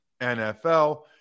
NFL